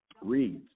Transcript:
reads